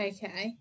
Okay